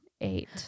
eight